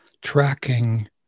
tracking